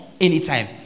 anytime